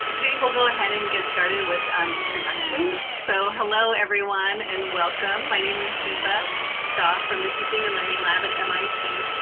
think we'll go ahead and get started with um introductions. so hello, everyone, and welcome. my name is dipa shah from the teaching and learning lab at mit.